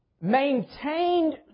maintained